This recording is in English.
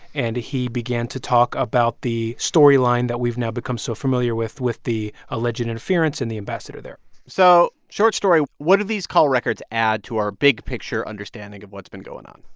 and he began to talk about the storyline that we've now become so familiar with, with the alleged interference and the ambassador there so short story, what do these call records add to our big-picture understanding of what's been going on?